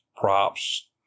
props